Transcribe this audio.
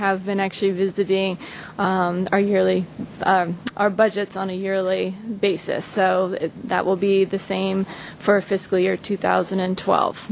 have been actually visiting our yearly our budgets on a yearly basis so that will be the same for fiscal year two thousand and twelve